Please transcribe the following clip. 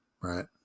right